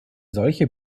solche